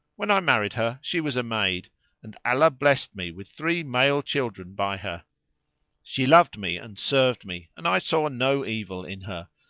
when i married her she was a maid and allah blessed me with three male children by her she loved me and served me and i saw no evil in her,